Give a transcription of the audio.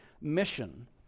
mission